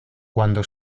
cuando